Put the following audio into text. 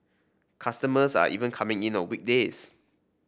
customers are even coming in on weekdays